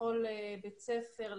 לכל בית ספר,